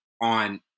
on